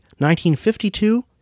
1952